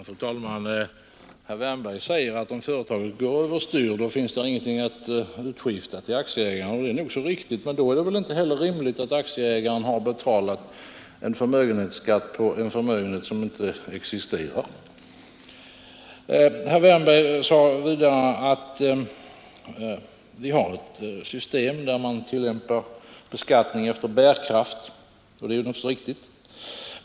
Fru talman! Herr Wärnberg säger att om företaget går över styr finns ingenting att utskifta till aktieägarna och det är nog så riktigt, men då är det väl inte heller rimligt att man har betalat en förmögenhetsskatt på en förmögenhet som inte existerar. Vidare förklarar herr Wärnberg att vi har ett system där man tillämpar beskattning efter bärkraft, och det är naturligtvis riktigt.